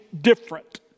different